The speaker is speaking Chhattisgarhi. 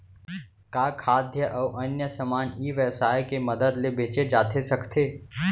का खाद्य अऊ अन्य समान ई व्यवसाय के मदद ले बेचे जाथे सकथे?